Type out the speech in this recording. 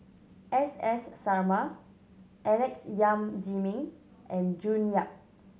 S S Sarma Alex Yam Ziming and June Yap